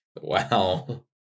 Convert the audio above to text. Wow